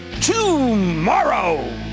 tomorrow